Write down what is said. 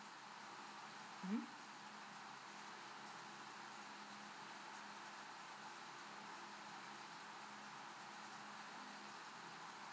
mm